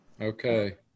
Okay